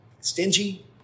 stingy